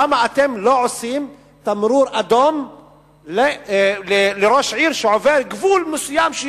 למה אתם לא עושים תמרור אדום לראש עיר שעובר גבול מסוים?